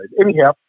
Anyhow